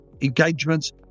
engagements